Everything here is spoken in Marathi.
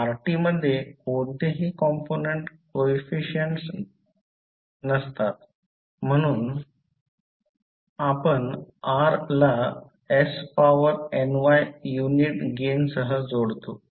तर Rt मध्ये कोणतेही कॉम्पोनन्ट कोइफिसिएंट्स नसतात म्हणून आपण r ला s पॉवर ny युनिट गेनसह जोडतो